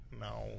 No